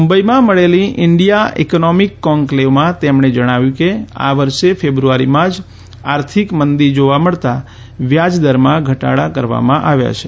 મુંબઇમાં મળેલી India economic કોન્કલેવમાં તેમણે જણાવ્યું કે આ વર્ષે ફેબ્રુઆરીમાં જ આર્થિક મંદી જોવા મળતાં વ્યાજદરમાં ઘટાડા કરવામાં આવી રહ્યા છે